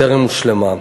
טרם הושלמה.